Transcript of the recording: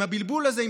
הבלבול הזה,